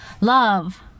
love